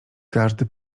każdy